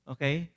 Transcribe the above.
Okay